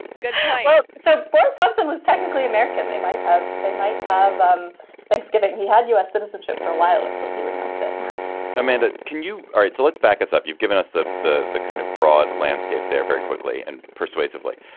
good so boris johnson was technically american. might have they might have um thanksgiving. he had u s. citizenship for a while until he renounced it amanda can you. all right. so let's back us up. you've given us the the kind of broad landscape there very quickly and persuasively.